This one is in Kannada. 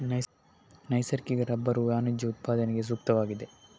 ನೈಸರ್ಗಿಕ ರಬ್ಬರು ವಾಣಿಜ್ಯ ಉತ್ಪಾದನೆಗೆ ಸೂಕ್ತವಾಗಿದೆ